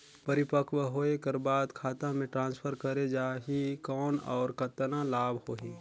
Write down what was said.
परिपक्व होय कर बाद खाता मे ट्रांसफर करे जा ही कौन और कतना लाभ होही?